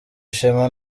ishema